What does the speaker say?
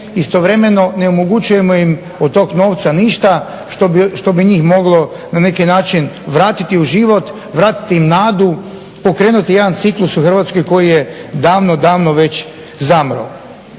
istovremeno ne omogućujemo im od tog novca ništa što bi njih moglo na neki način vratiti u život, vratiti im nadu, pokrenuti jedan ciklus u Hrvatskoj koji je davno, davno već zamro.